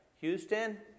Houston